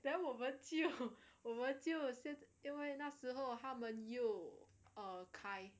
then 我们就我们就因为那时候他们又开